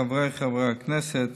חבריי חברי הכנסת,